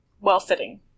well-fitting